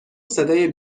صدای